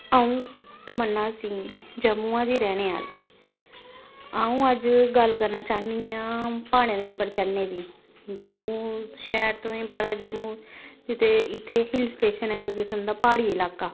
अ'ऊं तमन्ना सिंह जम्मुआं दी रैह्ने आह्ली अ'ऊं अज्ज गल्ल करना चाह्न्नी आं प्हाड़ें दे उप्पर चढ़ने दी जम्मू शैह्र तुसें पता ऐ जम्मू ते इत्थें हिल स्टेशन इक किसम दा प्हाड़ी इलाका